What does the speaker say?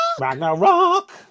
Ragnarok